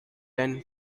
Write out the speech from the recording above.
den